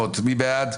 2 בעד,